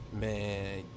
Man